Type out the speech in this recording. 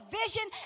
vision